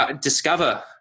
discover